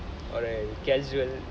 or a casual